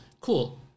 Cool